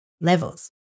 levels